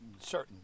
certain